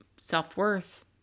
self-worth